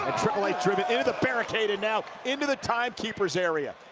ah triple h driven into the barricade and now into the time keepers area.